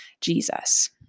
Jesus